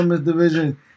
division